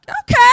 Okay